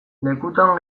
lekutan